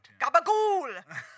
Gabagool